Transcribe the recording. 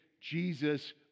Jesus